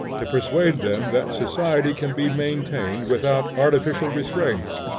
to persuade them that society can be maintained without artificial restraints,